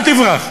אל תברח.